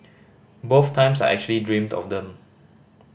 both times I actually dreamed of them